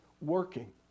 working